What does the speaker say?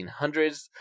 1800s